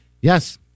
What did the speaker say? Yes